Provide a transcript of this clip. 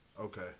Okay